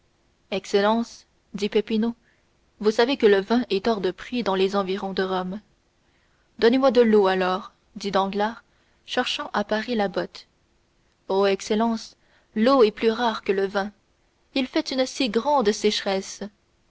excellence dit peppino vous savez que le vin est hors de prix dans les environs de rome donnez-moi de l'eau alors dit danglars cherchant à parer la botte oh excellence l'eau est plus rare que le vin il fait une si grande sécheresse